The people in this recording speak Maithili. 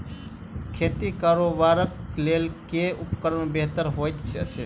खेत कोरबाक लेल केँ उपकरण बेहतर होइत अछि?